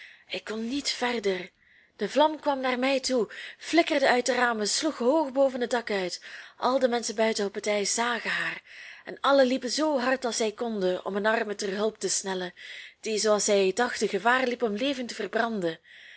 ik kon niet verder de vlam kwam naar mij toe flikkerde uit de ramen sloeg hoog boven het dak uit al de menschen buiten op het ijs zagen haar en allen liepen zoo hard als zij konden om een arme ter hulp te snellen die zooals zij dachten gevaar liep om levend te verbranden